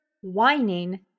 whining